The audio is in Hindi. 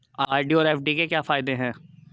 आर.डी और एफ.डी के क्या फायदे हैं?